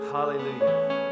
Hallelujah